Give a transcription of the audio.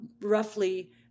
roughly